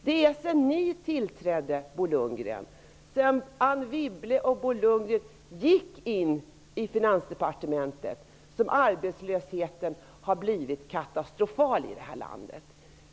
Det är sedan Anne Wibble och Bo Lundgren kom till Finansdepartementet som arbetslösheten har blivit katastrofal i vårt land.